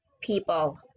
people